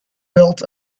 built